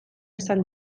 esan